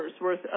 worth